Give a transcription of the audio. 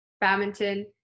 Badminton